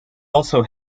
also